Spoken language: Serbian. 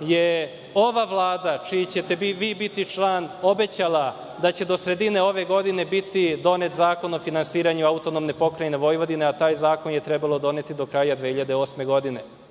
je ova vlada, čiji ćete vi biti član, obećala da će do sredine ove godine biti donet zakon o finansiranju AP Vojvodine? Taj zakon je trebalo doneti do kraja 2008. godine.